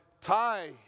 tie